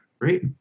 right